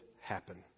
happen